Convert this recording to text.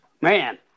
Man